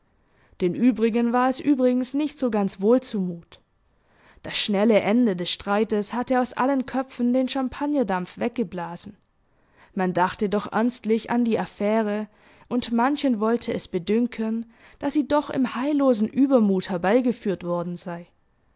den übrigen war es übrigens nicht so ganz wohl zu mut das schnelle ende des streites hatte aus allen köpfen den champagnerdampf weggeblasen man dachte doch ernstlich an die affäre und manchen wollte es bedünken daß sie doch im heillosen übermut herbeigeführt worden sei